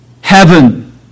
heaven